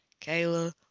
Kayla